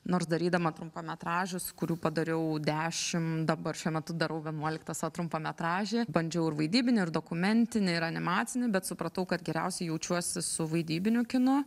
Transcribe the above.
nors darydama trumpametražius kurių padariau dešim dabar šiuo metu darau vienuoliktą savo trumpametražį bandžiau ir vaidybinį ir dokumentinį ir animacinį bet supratau kad geriausiai jaučiuosi su vaidybiniu kinu